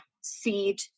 seed